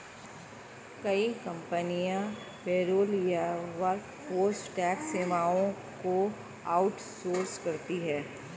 कई कंपनियां पेरोल या वर्कफोर्स टैक्स सेवाओं को आउट सोर्स करती है